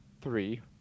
three